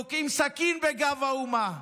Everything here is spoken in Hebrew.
תוקעים סכין בגב האומה.